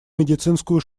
медицинскую